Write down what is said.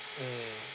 mm